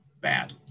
bad